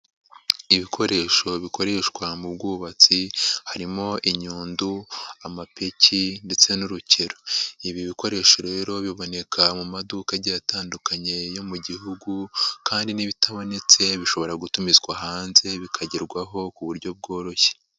Ibikoresho bikoreshwa mu bwubatsi, harimo inyundo, amapeki ndetse n'urukero. Ibi bikoresho rero biboneka mu maduka atandukanye yo mu gihugu kandi n'ibitabonetse bishobora gutumizwa hanze bikagerwaho ku buryo bworoshye.